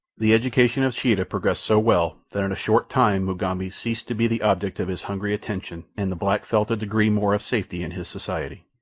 the education of sheeta progressed so well that in a short time mugambi ceased to be the object of his hungry attention, and the black felt a degree more of safety in his society.